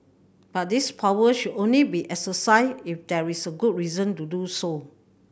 but this power should only be exercised if there is a good reason to do so